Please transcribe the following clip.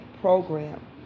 program